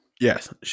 Yes